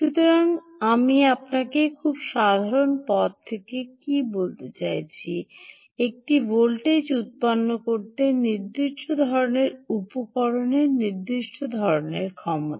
সুতরাং আমি আপনাকে খুব সাধারণ পদ থেকে কী বলতে চাইছি একটি ভোল্টেজ উত্পন্ন করতে নির্দিষ্ট ধরণের উপকরণের নির্দিষ্ট ধরণের ক্ষমতা